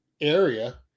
area